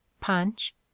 punch